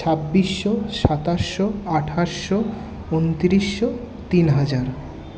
ছাব্বিশশো সাতাশশো আঠাশশো উনতিরিশশো তিন হাজার